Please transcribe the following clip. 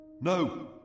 No